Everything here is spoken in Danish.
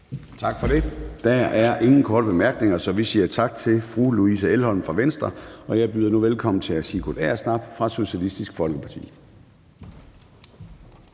Tak for det. Der er ingen korte bemærkninger. Så vi siger tak til fru Louise Elholm fra Venstre. Jeg siger nu velkommen til hr. Sigurd Agersnap fra Socialistisk Folkeparti.